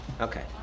Okay